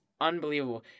Unbelievable